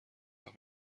وقت